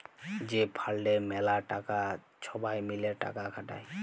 যে ফাল্ডে ম্যালা টাকা ছবাই মিলে টাকা খাটায়